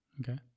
Okay